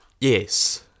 Yes